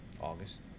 August